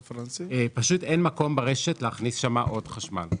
פשוט אין מקום ברשת להכניס שם עוד חשמל.